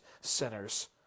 sinners